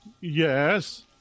yes